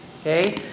Okay